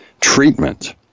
treatment